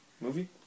Movie